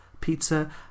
pizza